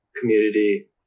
Community